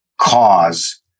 cause